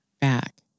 back